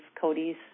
Cody's